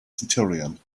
centurion